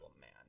man